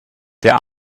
der